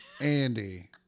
Andy